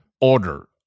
order